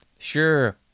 Sure